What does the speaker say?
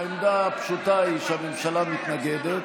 העמדה הפשוטה היא שהממשלה מתנגדת,